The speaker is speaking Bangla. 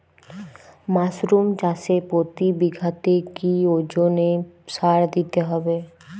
মাসরুম চাষে প্রতি বিঘাতে কি ওজনে সার দিতে হবে?